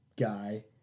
Guy